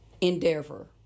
endeavor